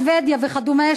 שבדיה וכדומה,